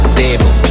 table